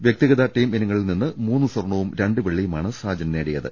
വ്യക്തിഗത ടീം ഇനങ്ങളിൽ നിന്ന് മൂന്ന് സ്വർണവും രണ്ട് വെള്ളിയുമാണ് സാജൻ നേടിയത്